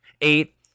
eight